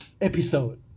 episode